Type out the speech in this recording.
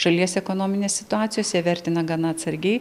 šalies ekonominės situacijos ją vertina gana atsargiai